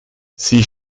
sie